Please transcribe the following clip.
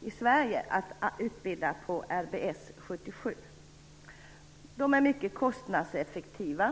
i Sverige om att utbilda på RBS 77. Man är också mycket kostnadseffektiv.